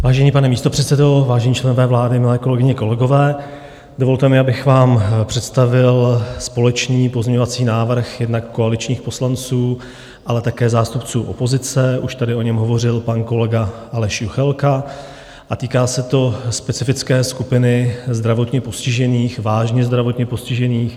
Vážený pane místopředsedo, vážení členové vlády, milé kolegyně, kolegové, dovolte mi, abych vám představil společný pozměňovací návrh jednak koaličních poslanců, ale také zástupců opozice, už tady o něm hovořil pan kolega Aleš Juchelka, a týká se to specifické skupiny zdravotně postižených, vážně zdravotně postižených.